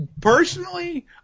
Personally